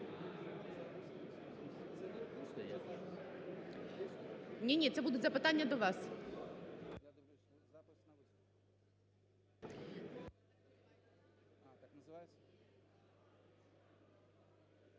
Ні-ні, це будуть запитання до вас.